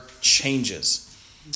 changes